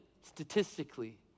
statistically